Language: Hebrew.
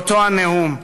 באותו הנאום,